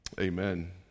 Amen